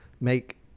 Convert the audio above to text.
make